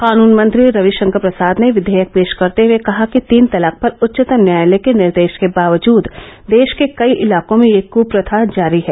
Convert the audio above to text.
कानून मंत्री रविशंकर प्रसाद ने विधेयक पेश करते हए कहा कि तीन तलाक पर उच्चतम न्यायालय के निर्देश के बावजद देश के कई इलाकों में यह कृप्रथा जारी है